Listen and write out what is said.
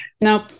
Nope